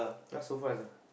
!huh! so fast ah